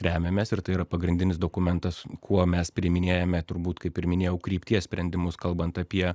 remiamės ir tai yra pagrindinis dokumentas kuo mes priiminėjame turbūt kaip ir minėjau krypties sprendimus kalbant apie